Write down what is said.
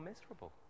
miserable